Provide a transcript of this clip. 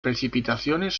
precipitaciones